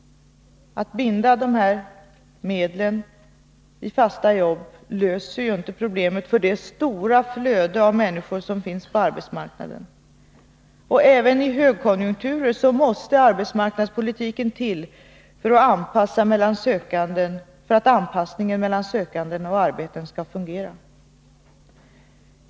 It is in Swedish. Att binda dessa medel i fasta jobb löser inte problemen för det stora flödet av människor som finns på arbetsmarknaden. Även i högkonjunkturer måste arbetsmarknadspolitiken till för att anpassningen mellan sökande och arbeten skall fungera.